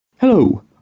Hello